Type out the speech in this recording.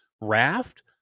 raft